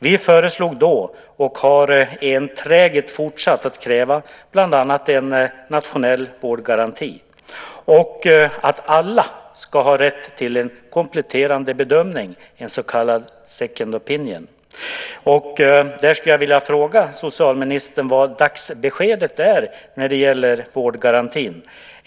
Vi föreslog då, och har enträget fortsatt att kräva, bland annat en nationell vårdgaranti och att alla ska ha rätt till en kompletterande bedömning, en så kallad second opinion . Jag skulle vilja fråga socialministern vad dagsbeskedet är när det gäller vårdgarantin.